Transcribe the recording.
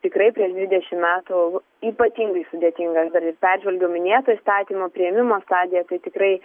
tikrai prieš dvidešimt metų ypatingai sudėtingas dalis atžvilgiu minėto įstatymo priėmimo stadijoje tai tikrai